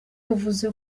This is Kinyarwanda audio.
wavuze